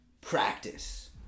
practice